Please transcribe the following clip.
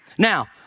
Now